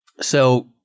So-